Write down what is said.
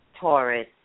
Taurus